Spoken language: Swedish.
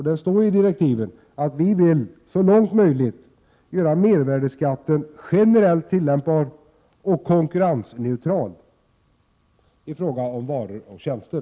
Det står i direktiven att vi vill så långt möjligt göra mervärdeskatten generellt tillämpbar och konkurrensneutral i fråga om varor och tjänster.